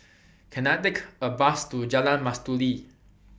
Can I Take A Bus to Jalan Mastuli